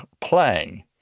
playing